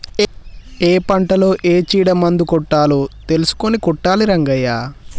ఏ పంటలో ఏ చీడ మందు కొట్టాలో తెలుసుకొని కొట్టాలి రంగయ్య